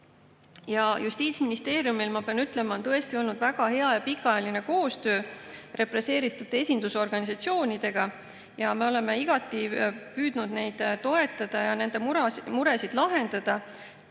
Justiitsministeeriumil, ma pean ütlema, on tõesti olnud väga hea ja pikaajaline koostöö represseeritute esindusorganisatsioonidega. Me oleme igati püüdnud neid toetada ja nende muresid lahendada.